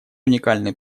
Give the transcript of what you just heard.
уникальный